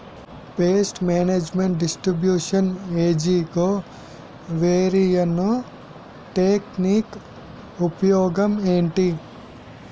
paste management distribution ఏజ్జి covariance technique ఉపయోగం ఏంటి